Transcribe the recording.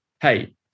hey